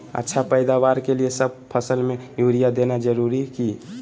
अच्छा पैदावार के लिए सब फसल में यूरिया देना जरुरी है की?